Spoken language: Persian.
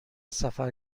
سفر